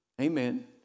Amen